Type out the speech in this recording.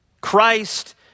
Christ